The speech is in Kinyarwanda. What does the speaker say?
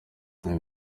ibi